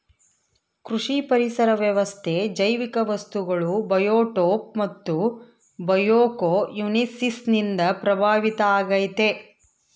ಕೃಷಿ ಪರಿಸರ ವ್ಯವಸ್ಥೆ ಜೈವಿಕ ವಸ್ತುಗಳು ಬಯೋಟೋಪ್ ಮತ್ತು ಬಯೋಕೊಯನೋಸಿಸ್ ನಿಂದ ಪ್ರಭಾವಿತ ಆಗೈತೆ